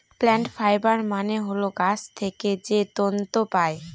plant fibre মানে হল গাছ থেকে যে তন্তু পায়